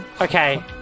Okay